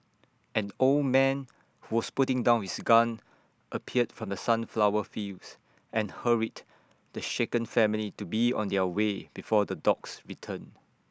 an old man who was putting down his gun appeared from the sunflower fields and hurried the shaken family to be on their way before the dogs return